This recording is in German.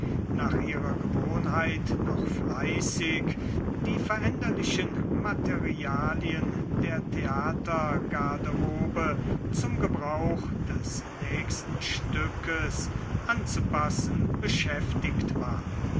nach ihrer gewohnheit noch fleißig die veränderlichen materialien der theatergarderobe zum gebrauch des nächsten stückes anzupassen beschäftigt war